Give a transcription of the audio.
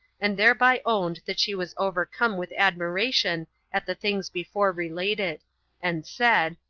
and thereby owned that she was overcome with admiration at the things before related and said,